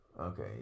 Okay